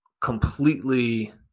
completely